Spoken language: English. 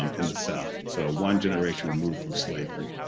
um in the south, so one generation removed from slavery.